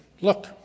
look